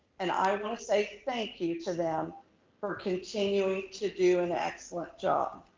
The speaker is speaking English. and i want to say, thank you to them for continuing to do an excellent job.